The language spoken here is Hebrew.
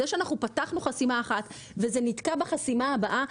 זה שפתחנו חסימה אחת וזה נתקע בחסימה הבאה,